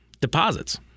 deposits